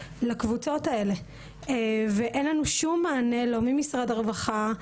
לקבוצות האלה ואין לנו שום מענה לא ממשרד הרווחה,